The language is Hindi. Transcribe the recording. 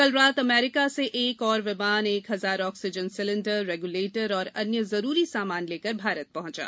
कल रात अमरीका से एक और विमान एक हज़ार ऑक्सीजन सिलेंडर रेग्य्लेटर और अन्य ज़रुरी सामान लेकर भारत पहुंचा